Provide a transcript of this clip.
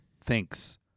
thinks